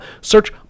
Search